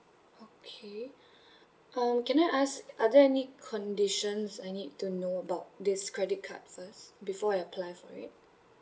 okay um can I ask are there any conditions I need to know about this credit card first before I apply for it